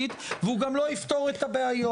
דמוקרטית והוא גם לא יפתור את הבעיות.